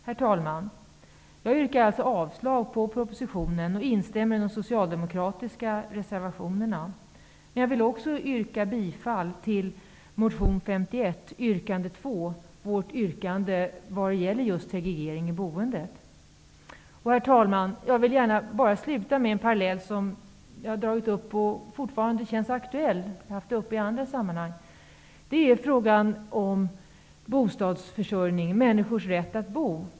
Herr talman! Jag yrkar avslag på propositionen och instämmer i de socialdemokratiska reservationerna. Men jag vill också yrka bifall till yrkande 2 i motion Bo51, dvs. till vårt yrkande beträffande segregering i boendet. Herr talman! Jag vill till slut dra en parallell som jag tagit upp i andra sammanhang men som fortfarande känns aktuell. Det gäller frågan om bostadsförsörjningen eller människors rätt att bo.